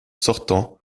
sortant